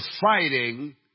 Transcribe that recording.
fighting